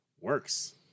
works